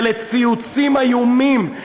ולציוצים איומים,